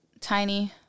tiny